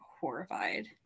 horrified